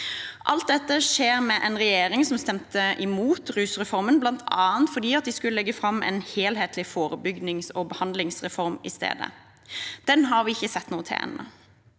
Alt dette skjer med en regjering som stemte mot rusreformen, bl.a. fordi de skulle legge fram en helhetlig forebyggings- og behandlingsreform i stedet. Den har vi ikke sett noe til ennå.